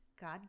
God